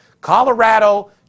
Colorado